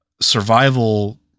Survival